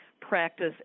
practice